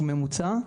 משהו ממוצע,